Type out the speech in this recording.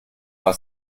war